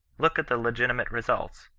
look at the legitimate results.